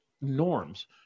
norms